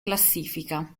classifica